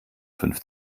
fünf